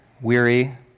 weary